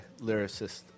lyricist